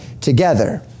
together